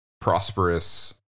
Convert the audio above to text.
prosperous